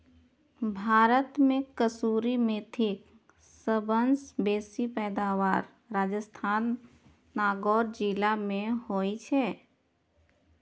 भारत मे कसूरी मेथीक सबसं बेसी पैदावार राजस्थानक नागौर जिला मे होइ छै